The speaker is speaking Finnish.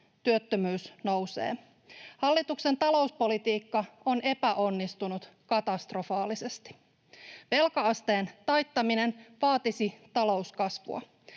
työttömyys nousee. Hallituksen talouspolitiikka on epäonnistunut katastrofaalisesti. Velka-asteen taittaminen vaatisi talouskasvua,